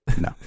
no